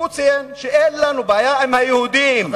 הוא ציין שאין לנו בעיה עם היהודים.